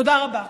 תודה רבה.